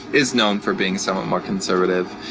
is known for being somewhat more conservative,